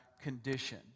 condition